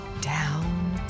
down